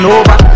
over